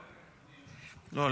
לא.